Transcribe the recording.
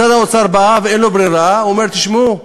משרד האוצר בא ואין לו ברירה, הוא אומר: תשמעו,